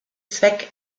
zweck